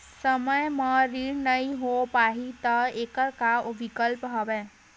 समय म ऋण नइ हो पाहि त एखर का विकल्प हवय?